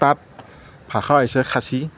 তাত ভাষা হৈছে খাচী